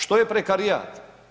Što je prekarijat?